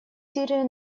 сирии